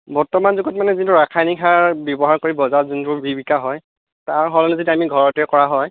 বৰ্তমান যুগত যিটো ৰাসায়নিক সাৰ ব্য়ৱহাৰ কৰি বজাৰত যিবোৰ বিকা হয় তাৰ সলনি যদি আমাৰ ঘৰতে কৰা হয়